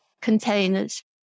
containers